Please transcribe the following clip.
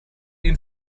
ihn